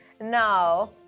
Now